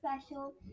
special